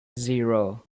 zero